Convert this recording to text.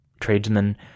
tradesmen